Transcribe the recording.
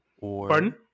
Pardon